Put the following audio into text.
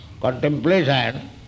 contemplation